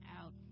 out